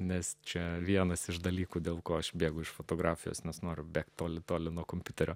mes čia vienas iš dalykų dėl ko aš bėgu iš fotografijos nes noriu bėgti toli toli nuo kompiuterio